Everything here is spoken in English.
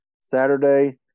Saturday